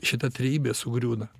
šita trejybė sugriūna